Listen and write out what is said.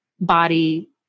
body